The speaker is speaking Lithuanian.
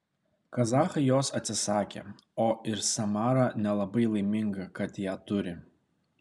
kazachai jos atsisakė o ir samara nelabai laiminga kad ją turi